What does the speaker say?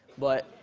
but